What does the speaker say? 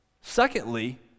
Secondly